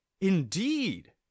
Indeed